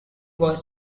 was